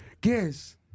Guess